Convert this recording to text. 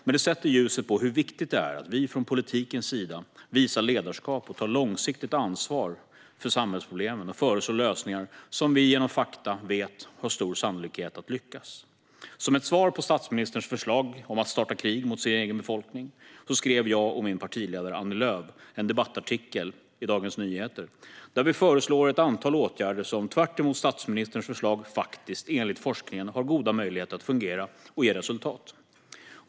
Men det sätter ljuset på hur viktigt det är att vi inom politiken visar ledarskap och tar långsiktigt ansvar för samhällsproblemen och föreslår lösningar som vi genom fakta vet har stor sannolikhet att lyckas. Som ett svar på statsministerns förslag om att starta krig mot sin egen befolkning skrev jag och min partiledare, Annie Lööf, en debattartikel i Dagens Nyheter. I den föreslog vi ett antal åtgärder som, tvärtemot statsministerns förslag, enligt forskningen faktiskt har goda möjligheter att fungera och ge resultat.